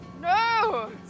No